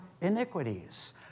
iniquities